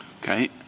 Okay